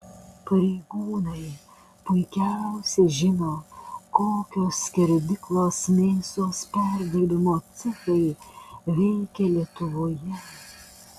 pareigūnai puikiausiai žino kokios skerdyklos mėsos perdirbimo cechai veikia lietuvoje